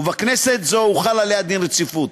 ובכנסת זו הוחל עליה דין רציפות.